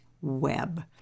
web